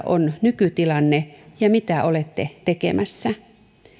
on nykytilanne ja mitä olette tekemässä